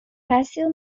passive